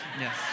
Yes